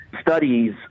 studies